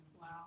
Wow